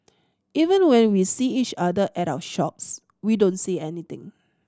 even when we see each other at our shops we don't say anything